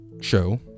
show